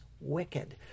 wicked